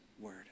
word